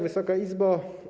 Wysoka Izbo!